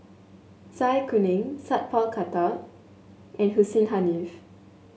Zai Kuning Sat Pal Khattar and Hussein Haniff